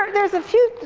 um there's a few